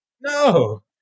No